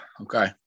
okay